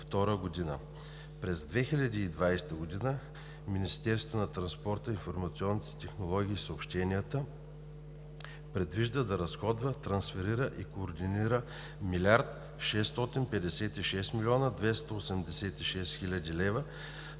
През 2020 г. Министерството на транспорта, информационните технологии и съобщенията предвижда да разходва, трансферира и координира 1 млрд. 656 млн.